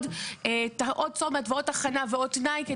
להוסיף עוד צומת ועוד תחנה ועוד תנאי,